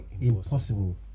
Impossible